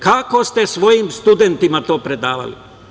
Kako ste svojim studentima to predavali?